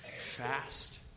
fast